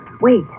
Wait